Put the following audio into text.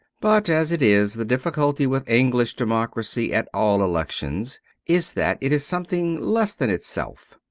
but as it is, the difficulty with english democracy at all elections is that it is something less than itself.